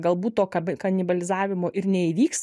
galbūt to kabi kanibalizavimo ir neįvyks